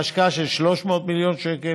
בהשקעה של 300 מיליון שקל,